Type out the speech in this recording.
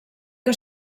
que